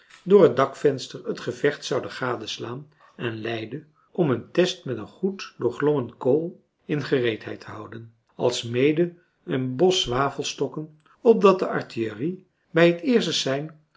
door het dakvenster het gevecht zouden gadeslaan en leiden om een test met een goed doorglommen kool in gereedheid te houden alsmede een bos zwavelstokken opdat de artillerie bij het